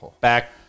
Back